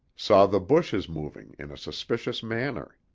saw the bushes moving in a suspicious manner.